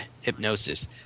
hypnosis